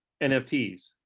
NFTs